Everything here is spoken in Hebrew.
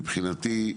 מבחינתי,